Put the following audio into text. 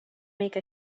make